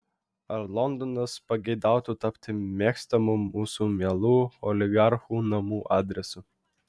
ar londonas pageidautų tapti mėgstamu mūsų mielų oligarchų namų adresu